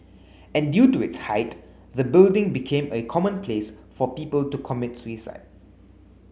and due to its height the building became a common place for people to commit suicide